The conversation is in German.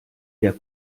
wer